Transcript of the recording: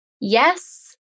Yes